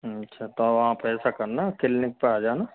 अच्छा तो आप ऐसा करना क्लिनिक पर आ जाना